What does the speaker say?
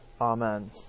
Amen